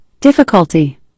Difficulty